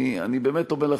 אני באמת אומר לך,